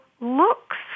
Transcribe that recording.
looks